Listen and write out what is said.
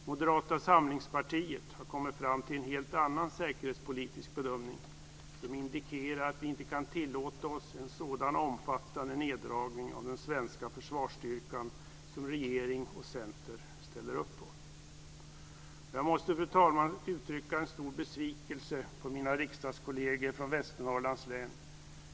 Moderata samlingspartiet har kommit fram till en helt annan säkerhetspolitisk bedömning som indikerar att vi inte kan tillåta oss en sådan omfattande neddragning av den svenska försvarsstyrkan som regeringen och Centern ställer sig bakom. Fru talman! Jag måste uttrycka en stor besvikelse över mina riksdagskolleger från Västernorrlands län.